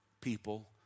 people